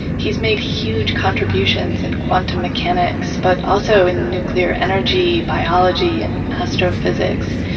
he's made huge contributions in quantum mechanics, but also in nuclear energy, biology, and astrophysics.